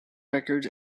records